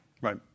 Right